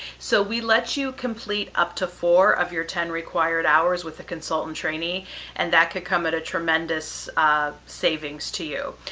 so we let you complete up to four of your ten required hours with a consultant trainee and that could come at a tremendous savings to you.